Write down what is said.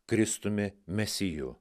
kristumi mesiju